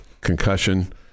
concussion